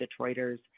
Detroiters